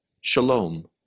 Shalom